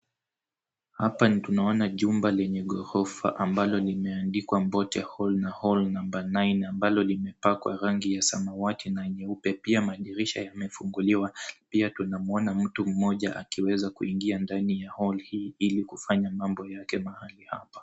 Hapa tunaona jumba lenye ghorofa ambalo limeandikwa [cs ] Mbote house [cs ] na [cs ] Hall number 9 [cs ] ambalo limepakwa rangi ya samawati na nyeupe. Pia madirisha yamefunguliwa. Pia tunaona mtu mmoja akiweka kuingia ndani ya [cs ] hall [cs ] ili kufanya mambo yake mahali hapa.